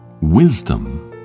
Wisdom